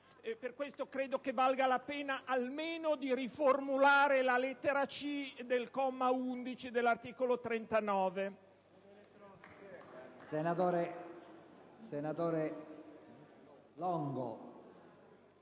Per questo credo valga la pena almeno di riformulare la lettera *c)* del comma 11 dell'articolo 39.